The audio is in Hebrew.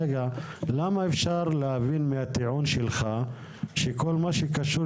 למה אפשר להבין מהטיעון שלך שכל מה שקשור